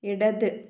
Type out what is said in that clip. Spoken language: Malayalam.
ഇടത്